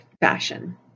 fashion